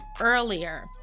earlier